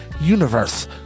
universe